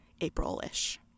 April-ish